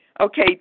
Okay